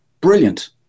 Brilliant